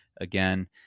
again